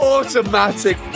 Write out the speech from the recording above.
Automatic